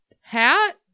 hat